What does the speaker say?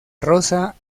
rosa